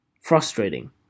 frustrating